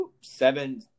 seven